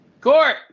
Court